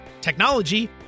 technology